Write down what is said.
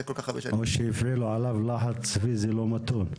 הפעילו עליו לחץ פיזי לא מתון.